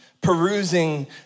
perusing